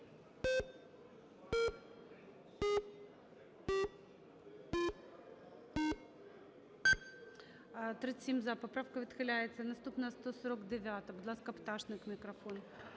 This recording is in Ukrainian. За-37 Поправка відхиляється. Наступна – 149-а. Будь ласка, Пташник мікрофон.